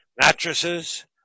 Mattresses